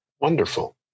Wonderful